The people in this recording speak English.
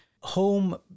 Home